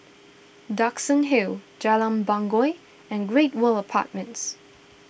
Duxton Hill Jalan Bangau and Great World Apartments